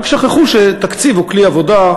רק שכחו שתקציב הוא כלי עבודה,